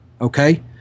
Okay